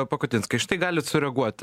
pakutinskai štai galit sureaguot